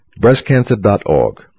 Breastcancer.org